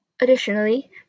Additionally